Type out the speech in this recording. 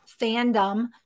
fandom